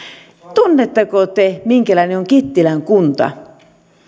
tunnetteko te minkälainen on kittilän kunta